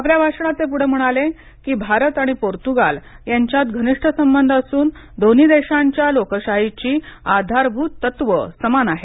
आपल्या भाषणात ते पुढ म्हणाले की भारत आणि पोर्तुगाल यांच्यात घनिष्ट संबंध असून दोन्ही देशांच्या लोकशाहीची आधारभूत तत्व समान आहेत